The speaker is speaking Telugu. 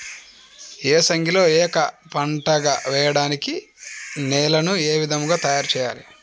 ఏసంగిలో ఏక పంటగ వెయడానికి నేలను ఏ విధముగా తయారుచేయాలి?